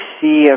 see